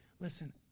listen